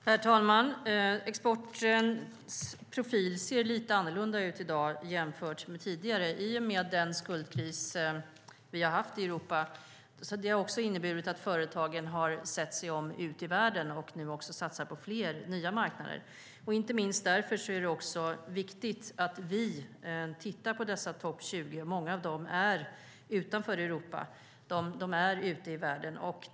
Herr talman! Exportens profil ser lite annorlunda ut i dag jämfört med tidigare i och med den skuldkris vi har haft i Europa. Det har inneburit att företagen har sett sig om ut i världen och satsar på fler nya marknader. Inte minst därför är det viktigt att vi tittar på dessa topp 20. Många av dem är utanför Europa, ute i världen.